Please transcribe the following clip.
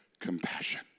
compassion